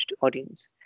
audience